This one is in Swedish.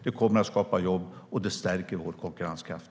Det kommer att skapa jobb, och det stärker vår konkurrenskraft.